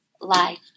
life